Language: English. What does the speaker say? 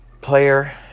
player